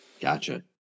Gotcha